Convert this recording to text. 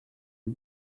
you